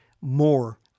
more